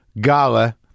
gala